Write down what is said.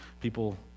People